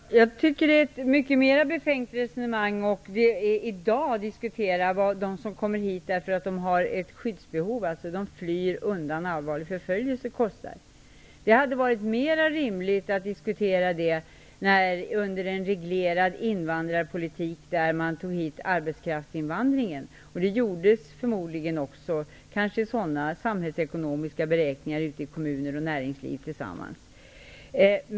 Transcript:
Fru talman! Jag tycker att det är mer befängt att i dag diskutera vad de som kommer hit därför att det har ett skyddsbehov, dvs. de som flyr undan allvarlig förföljelse, kostar. Det hade varit mer rimligt att diskutera detta under en reglerad invandrarpolitik när man tog hit arbetskraft. Det gjordes förmodligen också sådana samhällsekonomiska beräkningar av kommuner och näringsliv tillsammans.